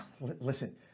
Listen